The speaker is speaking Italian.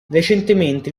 recentemente